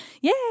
yay